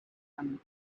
coming